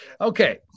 Okay